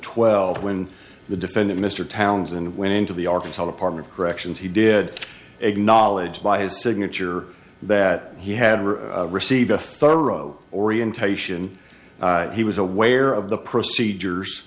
twelve when the defendant mr townsend went into the arkansas department of corrections he did acknowledge by his signature that he had received a thorough orientation he was aware of the procedures